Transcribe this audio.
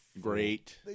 Great